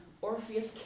Orpheus